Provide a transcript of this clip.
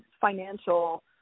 financial